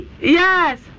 yes